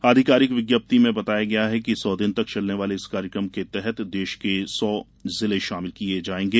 आधिकारिक विज्ञप्ति में बताया गया है कि सौ दिन तक चलने वाले इस कार्यक्रम के तहत देश के सौ जिले शामिल किये जाएगें